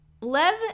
Lev